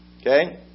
Okay